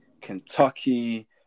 Kentucky